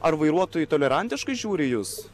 ar vairuotojai tolerantiškai žiūri į jus